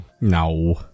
No